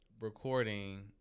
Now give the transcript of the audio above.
recording